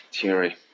theory